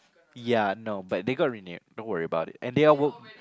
ya no but they got renewed don't worry about it and they are